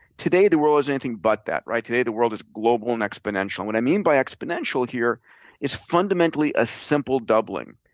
today the world is anything but that, right? today the world is global and exponential. what i mean by exponential here is fundamentally a simple doubling.